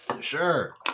Sure